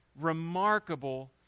remarkable